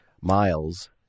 miles